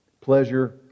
pleasure